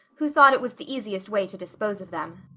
who thought it was the easiest way to dispose of them.